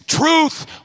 truth